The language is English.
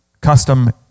custom